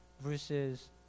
versus